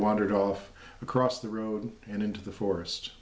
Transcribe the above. wandered off across the road and into the forest